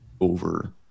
over